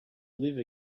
live